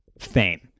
fame